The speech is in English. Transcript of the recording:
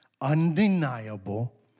undeniable